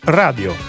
radio